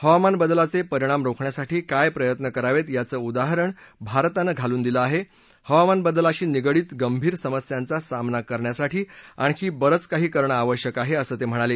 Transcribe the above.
हवामान बदलाचे परिणाम रोखण्यासाठी काय प्रयत्न करावेत याचं उदाहरण भारतानं घालून दिलं आहे हवामान बदलाशी निगडीत गंभीर समस्यांचा सामना करण्यासाठी आणखी बरंच काही करणं आवश्यक आहे असं ते म्हणाले